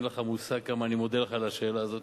אין לך מושג כמה אני מודה לך על השאלה הזאת.